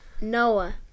Noah